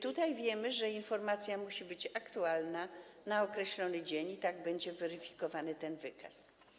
Tutaj wiemy, że informacja musi być aktualna na określony dzień i tak będzie weryfikowany ten wykaz.